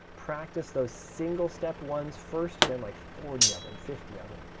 practice those single step ones first. again, like forty of them, fifty of them.